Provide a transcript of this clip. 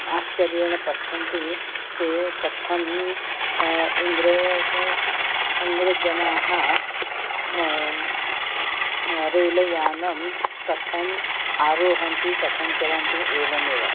आश्चर्येण पश्यन्ति ते कथम् इङ्ग्रेत् आङ्ग्लजनाः रेलयानं कथम् आरोहन्ति कथं चलन्ति एवमेव